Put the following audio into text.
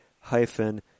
hyphen